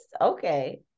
okay